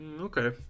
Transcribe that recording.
Okay